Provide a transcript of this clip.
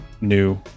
new